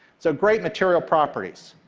so great material properties.